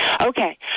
Okay